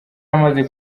amaze